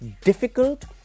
difficult